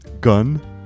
gun